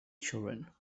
children